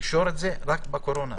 תקשור את זה רק בקורונה.